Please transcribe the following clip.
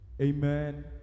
Amen